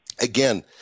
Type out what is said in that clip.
again